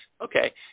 okay